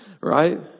Right